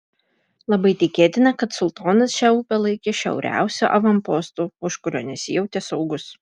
labai tikėtina kad sultonas šią upę laikė šiauriausiu avanpostu už kurio nesijautė saugus